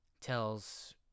tells